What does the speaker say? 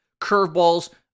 Curveballs